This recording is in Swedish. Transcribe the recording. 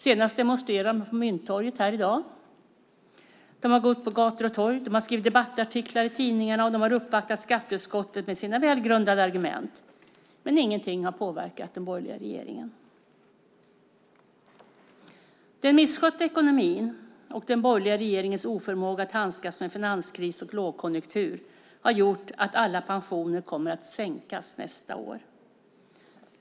Senast demonstrerade de på Mynttorget i dag. De har gått på gator och torg. De har skrivit debattartiklar i tidningarna, och de har uppvaktat skatteutskottet med sina välgrundade argument. Men ingenting har påverkat den borgerliga regeringen. Den misskötta ekonomin och den borgerliga regeringens oförmåga att handskas med finanskris och lågkonjunktur har gjort att alla pensioner kommer att sänkas nästa år.